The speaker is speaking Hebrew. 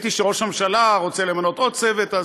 ראיתי שראש הממשלה רוצה למנות עוד צוות,